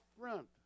front